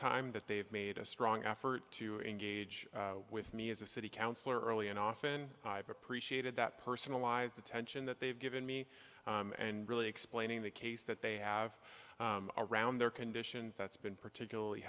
time that they've made a strong effort to engage with me as a city councilor early and often i've appreciated that personalized attention that they've given me and really explaining the case that they have around their conditions that's been particularly